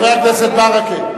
חבר הכנסת ברכה,